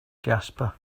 jasper